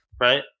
right